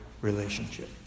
relationship